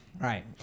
right